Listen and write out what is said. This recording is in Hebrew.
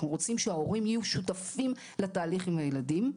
אנחנו רוצים שההורים יהיו שותפים לתהליך עם הילדים.